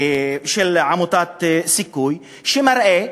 של עמותת "סיכוי", שמראה: